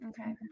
Okay